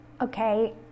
Okay